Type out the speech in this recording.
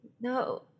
No